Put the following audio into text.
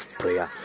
prayer